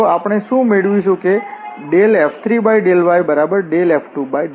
તો આપણે શું મેળવીએ છીએ કે F3∂yF2∂z